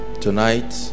Tonight